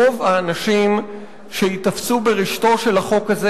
רוב האנשים שייתפסו ברשתו של החוק הזה